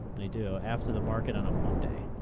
they do after the market on a monday.